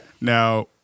now